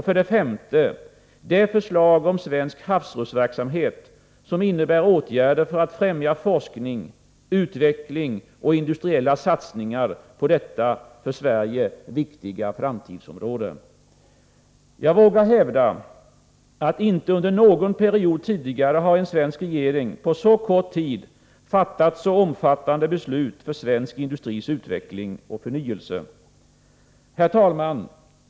För det femte: Det förslag om svensk havsresursverksamhet som innebär åtgärder för att främja forskning, utveckling och industriella satsningar på detta för Sverige viktiga framtidsområde. Jag vågar hävda, att inte under någon period tidigare har en svensk regering på så kort tid fattat så omfattande beslut för svensk industris utveckling och förnyelse. Herr talman!